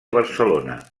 barcelona